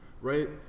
Right